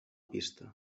pista